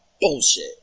Bullshit